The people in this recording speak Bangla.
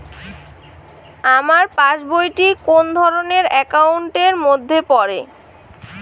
আমার পাশ বই টি কোন ধরণের একাউন্ট এর মধ্যে পড়ে?